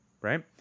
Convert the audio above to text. right